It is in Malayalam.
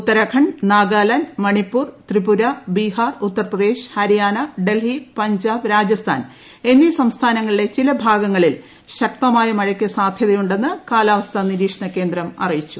ഉത്തരാഖണ്ഡ് നാഗാലാന്റ് മണിപ്പൂർ ത്രിപുര ബീഹാർ ഉത്തർപ്രദേശ് ഹരിയാന ഡൽഹി പഞ്ചാബ് രാജസ്ഥാൻ എന്നീ സംസ്ഥാനങ്ങളിലെ ചിലഭാഗങ്ങളിൽ ശക്തമായ മഴയ്ക്ക് സാധ്യതയുണ്ടെന്ന് കാലാവസ്ഥാ നിരീക്ഷണകേന്ദ്രം അറിയിച്ചു